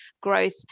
growth